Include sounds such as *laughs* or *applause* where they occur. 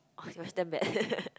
oh it was damn bad *laughs*